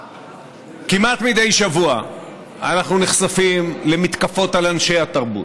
כמעט מדי שבוע אנחנו נחשפים למתקפות על אנשי התרבות,